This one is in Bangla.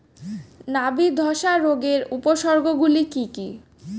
নাবি ধসা রোগের উপসর্গগুলি কি কি?